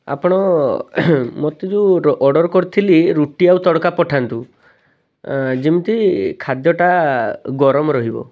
ଆପଣ ମୋତେ ଯେଉଁ ଅର୍ଡ଼ର କରିଥିଲି ରୁଟି ଆଉ ତଡ଼କା ପଠାନ୍ତୁ ଯେମିତି ଖାଦ୍ୟଟା ଗରମ ରହିବ